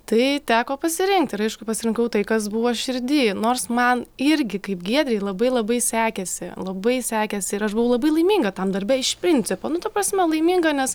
tai teko pasirinkti ir aišku pasirinkau tai kas buvo širdy nors man irgi kaip giedrei labai labai sekėsi labai sekėsi ir aš buvau labai laiminga tam darbe iš principo nu ta prasme laiminga nes